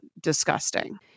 disgusting